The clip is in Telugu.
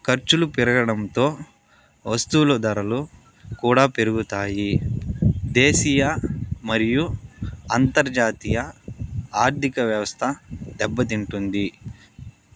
ఖర్చులు పెరగడంతో వస్తువుల ధరలు కూడా పెరుగుతాయి దేశీయ మరియు అంతర్జాతీయ ఆర్థిక వ్యవస్థ దెబ్బతింటుంది